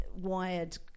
wired